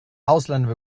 ausländer